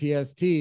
TST